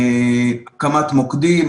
הקמת מוקדים,